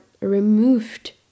removed